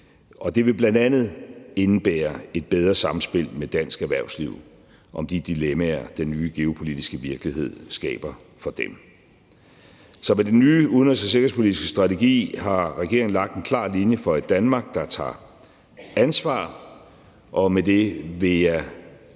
det vil bl.a. indebære et bedre samspil med dansk erhvervsliv om de dilemmaer, den nye geopolitiske virkelighed skaber for dem. Så med den nye udenrigs- og sikkerhedspolitiske strategi har regeringen lagt en klar linje for et Danmark, der tager ansvar, og med det vil jeg